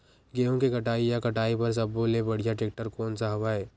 गेहूं के कटाई या कटाई बर सब्बो ले बढ़िया टेक्टर कोन सा हवय?